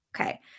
Okay